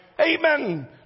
Amen